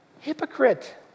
Hypocrite